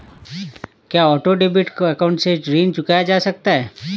क्या auto debit account से ऋण चुकाया जा सकता है?